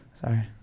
Sorry